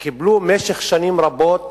שקיבלו במשך שנים רבות